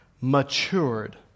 matured